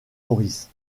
maurice